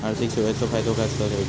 आर्थिक सेवाचो फायदो कसो घेवचो?